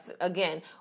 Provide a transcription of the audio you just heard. again